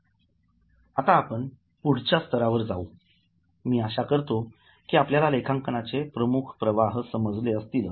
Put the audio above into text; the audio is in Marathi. आता आपण पुढच्या स्तरावर जाऊ मी आशा करतो की आपल्याला लेखांकनाचे मुख्य प्रवाह समजले असतील